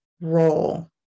role